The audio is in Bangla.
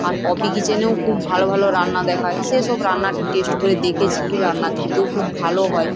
আর পপি কিচেনেও খুব ভালো ভালো রান্না দেখায় সেসব রান্না টেস্ট করে দেখেছি রান্না খেতেও খুব ভালো হয়